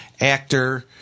actor